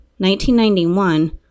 1991